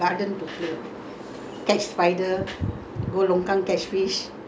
toys nothing we only got sand and grass and garden to play